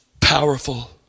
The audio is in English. powerful